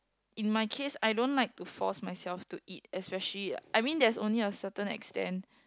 in my case I don't like to force myself to eat especially I mean there's only a certain extent